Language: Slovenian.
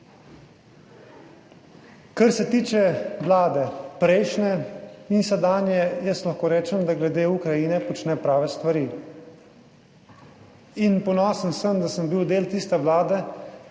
Kar se tiče Vlade, prejšnje in sedanje, jaz lahko rečem, da glede Ukrajine počne prave stvari in ponosen sem, da sem bil del tiste Vlade,